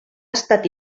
estat